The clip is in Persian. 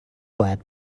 باید